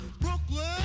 Brooklyn